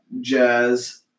jazz